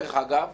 דרך אגב,